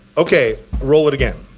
okay, roll it again,